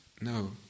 no